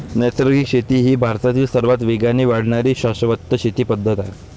नैसर्गिक शेती ही भारतातील सर्वात वेगाने वाढणारी शाश्वत शेती पद्धत आहे